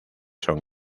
son